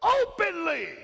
openly